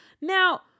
Now